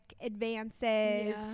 advances